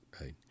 right